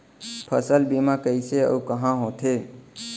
फसल बीमा कइसे अऊ कहाँ होथे?